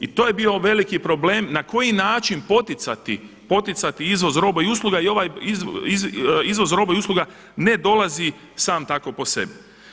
I to je bio veliki problem na koji način poticati izvoz roba i usluga i ovaj izvoz roba i usluga ne dolazi sam tako po sebi.